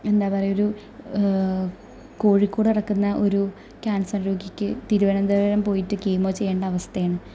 എന്താ പറയുക ഒരു കോഴിക്കോട് കിടക്കുന്ന ഒരു ക്യാന്സര് രോഗിക്ക് തിരുവനന്തപുരം പോയിട്ട് കീമോ ചെയ്യേണ്ട അവസ്ഥയാണ്